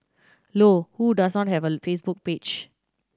Low who does not have a Facebook page